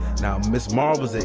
now ms. marvel is ah